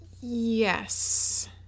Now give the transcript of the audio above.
Yes